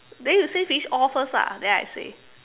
then you say finish all first lah then I say